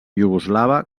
iugoslava